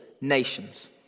nations